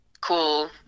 cool